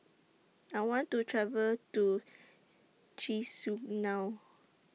I want to travel to Chisinau